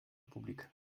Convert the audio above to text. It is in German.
republik